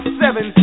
seven